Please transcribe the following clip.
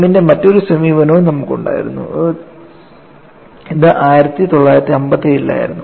വില്യമിൻറെ മറ്റൊരു സമീപനവും നമുക്കുണ്ടായിരുന്നു ഇത് 1957 ലായിരുന്നു